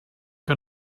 que